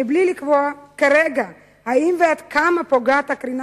ומבלי לקבוע כרגע אם ועד כמה פוגעת הקרינה